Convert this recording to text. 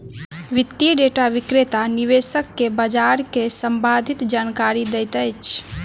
वित्तीय डेटा विक्रेता निवेशक के बजारक सम्भंधित जानकारी दैत अछि